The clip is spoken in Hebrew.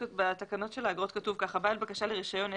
בתקנות של האגרות כתוב ש"בעל בקשה לרישיון עסק,